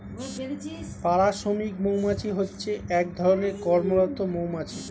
পাড়া শ্রমিক মৌমাছি হচ্ছে এক ধরণের কর্মরত মৌমাছি